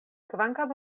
kvankam